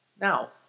Now